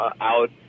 out